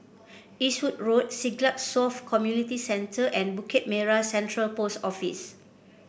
Eastwood Road Siglap South Community Center and Bukit Merah Central Post Office